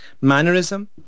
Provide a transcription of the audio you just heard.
mannerism